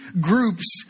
groups